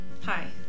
Hi